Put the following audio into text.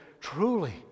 Truly